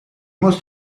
must